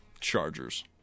Chargers